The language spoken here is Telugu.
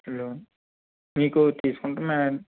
లోన్ మీకు తీసుకుంటున్నారా